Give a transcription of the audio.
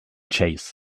chase